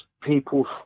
people